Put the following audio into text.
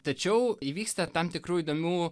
tačiau įvyksta tam tikrų įdomių